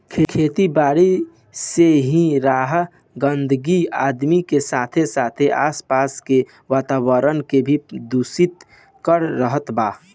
खेती बारी से हो रहल गंदगी आदमी के साथे साथे आस पास के वातावरण के भी दूषित कर रहल बा